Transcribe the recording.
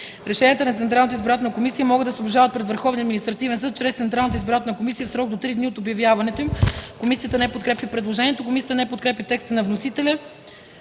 Решенията на Централната избирателна комисия могат да се обжалват пред Върховния административен съд чрез Централната избирателна комисия в срок от три дни от обявяването им.” Комисията не подкрепя предложението. Комисията не подкрепя текста на вносителя